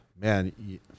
Man